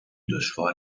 دشوار